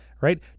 right